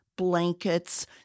blankets